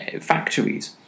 factories